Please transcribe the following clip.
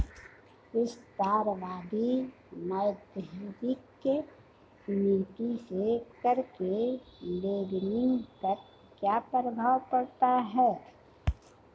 विस्तारवादी मौद्रिक नीति से कर के लेबलिंग पर क्या प्रभाव पड़ता है?